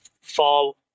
fall